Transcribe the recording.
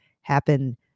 happen